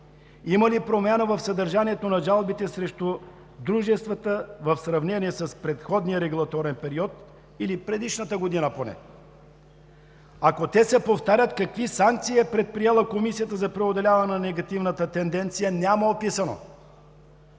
Има ли промяна в съдържанието на жалбите срещу дружествата в сравнение с преходния регулаторен период или предишната година поне? Няма описано, ако те се повтарят, какви санкции е предприела Комисията за преодоляване на негативната тенденция. От писаното